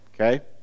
Okay